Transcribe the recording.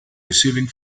receiving